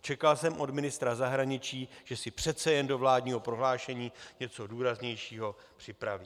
Čekal jsem od ministra zahraničí, že si přece jen do vládního prohlášení něco důraznějšího připraví.